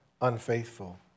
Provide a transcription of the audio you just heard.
unfaithful